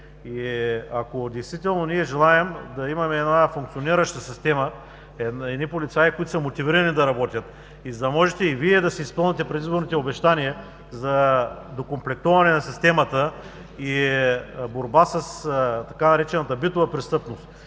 Ако действително желаем да имаме функционираща система, полицаи, които са мотивирани да работят, и за да можете да си изпълните предизборните обещания за доокомплектоване на системата, борба с битовата престъпност